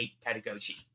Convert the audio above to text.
pedagogy